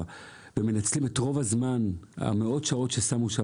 ואת רוב הזמן מנצלים את מאות השעות שם,